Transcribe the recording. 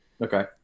Okay